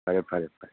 ꯐꯔꯦ ꯐꯔꯦ ꯐꯔꯦ ꯊꯝꯃꯦ ꯊꯝꯃꯦ